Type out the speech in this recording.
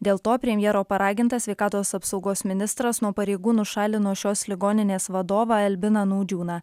dėl to premjero paragintas sveikatos apsaugos ministras nuo pareigų nušalino šios ligoninės vadovą albiną naudžiūną